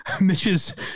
Mitch's